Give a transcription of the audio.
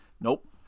Nope